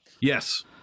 Yes